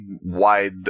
wide